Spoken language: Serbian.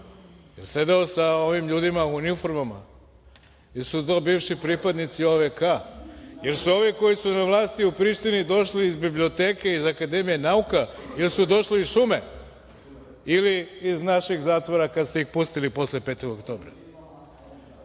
jel sedeo sa ovim ljudima u uniformama, jesu to bivši pripadnici OVK, jesu ovi koji su na vlasti u Prištini došli iz biblioteke i Akademije nauka, jesu došli iz šume ili našeg zatvora kada ste ih pustili posle 5.